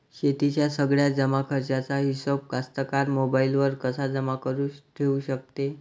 शेतीच्या सगळ्या जमाखर्चाचा हिशोब कास्तकार मोबाईलवर कसा जमा करुन ठेऊ शकते?